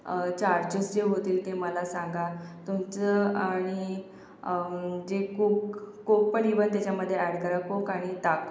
charges जे होतील ते मला सांगा तुमचं आणि जे कोक कोक पण इव्हन त्याच्यामध्ये ॲड करा कोक आणि ताक